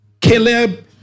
Caleb